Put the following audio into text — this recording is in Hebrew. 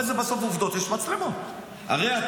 בסוף, הרי אלו עובדות.